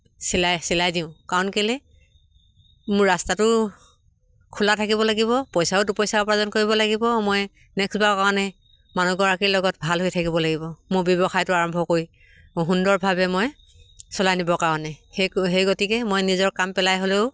চিলাই চিলাই দিওঁ কাৰণ কেলে মোৰ ৰাস্তাটো খোলা থাকিব লাগিব পইচাও দুপইচা উপাৰ্জন কৰিব লাগিব মই নেক্সটবাৰৰ কাৰণে মানুহগৰাকীৰ লগত ভাল হৈ থাকিব লাগিব মোৰ ব্যৱসায়টো আৰম্ভ কৰি সুন্দৰভাৱে মই চলাই নিবৰ কাৰণে সেই সেই গতিকে মই নিজৰ কাম পেলাই হ'লেও